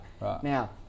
Now